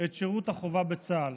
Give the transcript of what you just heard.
את שירות החובה בצה"ל.